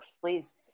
please